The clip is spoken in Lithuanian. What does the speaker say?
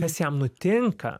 kas jam nutinka